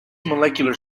molecular